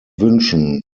wünschen